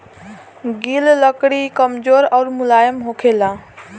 गिल लकड़ी कमजोर अउर मुलायम होखेला